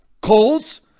colds